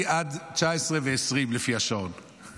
אני עד 19:20 לפי השעון.